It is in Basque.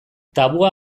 tabua